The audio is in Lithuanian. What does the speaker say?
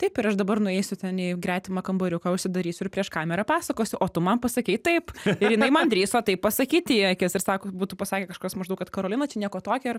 taip ir aš dabar nueisiu ten į gretimą kambariuką užsidarysiu ir prieš kamerą pasakosiu o tu man pasakei taip ir jinai man drįso tai pasakyti į akis ir sako būtų pasakę kažkas maždaug kad karolina čia nieko tokio ir